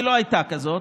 כי לא הייתה כזאת,